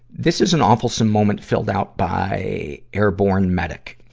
this is an awfulsome moment filled out by airborne medic,